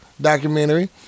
Documentary